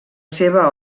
seva